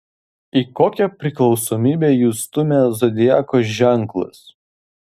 į kokią priklausomybę jus stumia zodiako ženklas